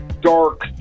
dark